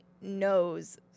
knows